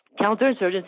counterinsurgency